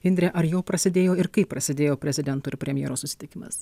indre ar jau prasidėjo ir kaip prasidėjo prezidento ir premjero susitikimas